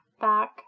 back